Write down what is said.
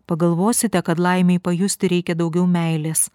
pagalvosite kad laimei pajusti reikia daugiau meilės